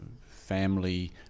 family